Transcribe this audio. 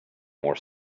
more